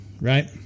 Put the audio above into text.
right